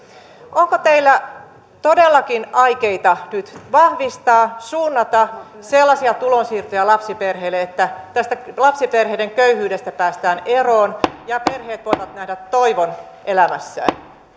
onko teillä todellakin aikeita nyt vahvistaa suunnata sellaisia tulonsiirtoja lapsiperheille että tästä lapsiperheiden köyhyydestä päästään eroon ja perheet voivat nähdä toivon elämässään